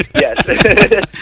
yes